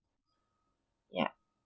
yup